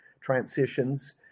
transitions